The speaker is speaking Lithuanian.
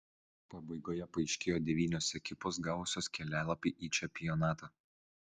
pabaigoje paaiškėjo devynios ekipos gavusios kelialapį į čempionatą